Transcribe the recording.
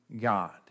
God